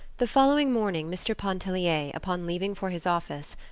the following morning mr. pontellier, upon leaving for his office,